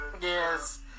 Yes